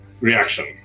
reaction